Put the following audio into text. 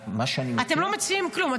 אתם לא מציעים כלום.